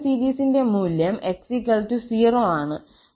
Fourier സീരീസിന്റെ മൂല്യം 𝑥 0 ആണ്